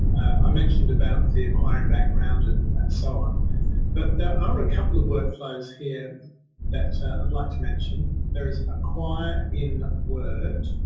i mentioned about the acquire in background and and so on but there are a couple of workflows here that i would like to mention. there is acquire in word,